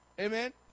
Amen